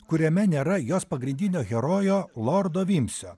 kuriame nėra jos pagrindinio herojo lordo vimsio